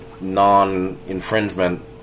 non-infringement